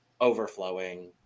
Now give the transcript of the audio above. overflowing